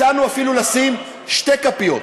הצענו אפילו לשים שתי כפיות: